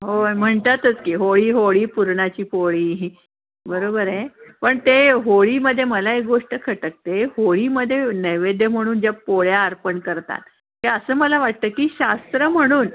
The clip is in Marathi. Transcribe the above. हो म्हणतातच की होळी होळी पुरणाची पोळी बरोबर आहे पण ते होळीमध्ये मला एक गोष्ट खटकते होळीमध्ये नैवेद्य म्हणून ज्या पोळ्या अर्पण करतात ते असं मला वाटतं की शास्त्र म्हणून